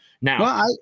Now –